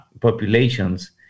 populations